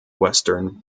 western